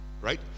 Right